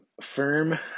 firm